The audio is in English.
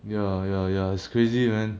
ya ya ya it's crazy man